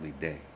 day